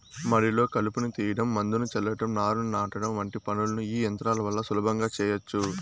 మడిలో కలుపును తీయడం, మందును చల్లటం, నారును నాటడం వంటి పనులను ఈ యంత్రాల వల్ల సులభంగా చేయచ్చు